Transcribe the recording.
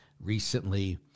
recently